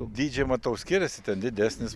dydžiai matau skiriasi ten didesnis